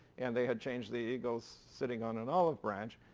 and they had changed the eagle sitting on an olive branch.